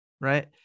Right